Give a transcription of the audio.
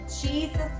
Jesus